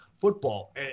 football